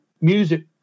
music